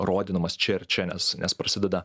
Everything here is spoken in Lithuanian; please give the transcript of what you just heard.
rodydamas čia ir čia nes nes prasideda